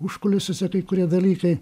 užkulisiuose kai kurie dalykai